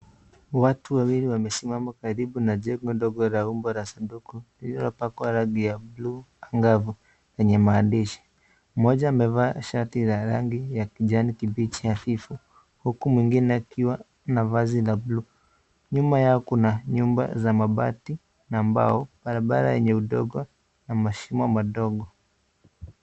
Watu wawili wamesimama karibu na jengo la umbo la sanduku lililopakwa rangi ya bluu angavu yenye maandishi moja amevaa shati la rangi kijani kibichi hafifu huku mwingine akiwa na vazi ya bluu. Nyuma yao kuna nyumba za mabati na mbao , barabara yenye udongo na mashimo madogo.